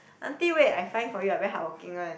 auntie wait I find for you I very hardworking one